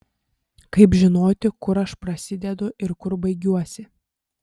kaip žinoti kur aš prasidedu ir kur baigiuosi